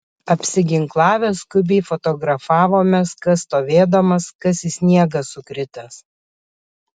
apsiginklavę skubiai fotografavomės kas stovėdamas kas į sniegą sukritęs